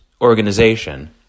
organization